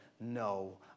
no